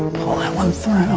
pull that one